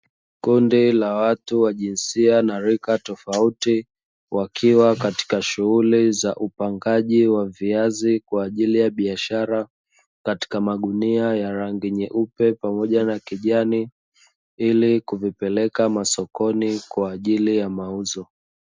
Kundi la watu wa jinsia narika tofauti, wakiwa katika shughuli za upangaji wa viazi kwa ajili ya biashara, katika magunia ya rangi nyeupe pamoja na kijani ili kuvipeleka masokoni kwa ajili ya mauzo.